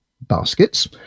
baskets